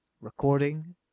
recording